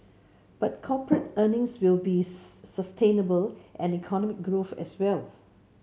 but corporate earnings will be sustainable and economic growth as well